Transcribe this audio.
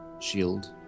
shield